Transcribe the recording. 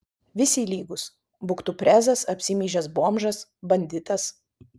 visi lygūs būk tu prezas apsimyžęs bomžas banditas